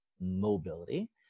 mobility